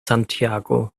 santiago